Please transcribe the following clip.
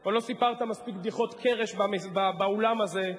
או לא סיפרת מספיק בדיחות קרש באולם הזה.